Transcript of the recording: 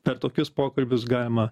per tokius pokalbius galima